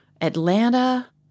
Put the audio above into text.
Atlanta